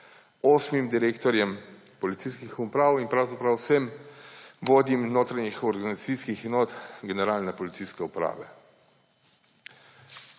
osmim direktorjem policijskih uprav in pravzaprav vsem vodjem notranjih organizacijskih enot Generalne policijske uprave.